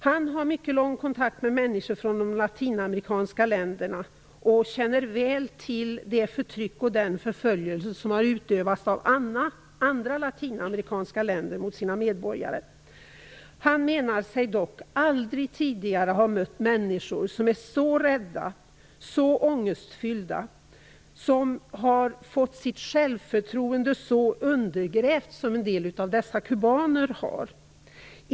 Han har haft mycket lång kontakt med människor från de latinamerikanska länderna och känner väl till det förtryck och den förföljelse som har utövats av andra latinamerikanska länder mot medborgarna. Han menar sig dock aldrig tidigare ha mött människor som är så rädda och ångestfyllda, som har fått sitt självförtroende så undergrävt som en del av dessa kubaner.